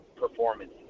performance